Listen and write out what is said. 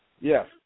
Yes